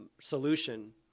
solution